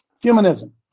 Humanism